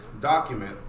document